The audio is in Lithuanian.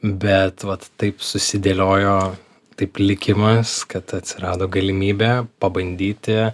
bet vat taip susidėliojo taip likimas kad atsirado galimybė pabandyti